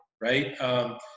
right